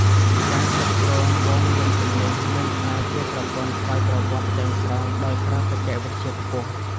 ការគ្រប់គ្រងហ្វូងយានជំនិះ នឹងក្លាយជាប្រព័ន្ធស្វ័យប្រវត្តិទាំងស្រុងដោយប្រើបច្ចេកវិទ្យាខ្ពស់។